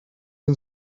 den